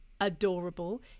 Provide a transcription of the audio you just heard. adorable